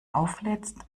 auflädst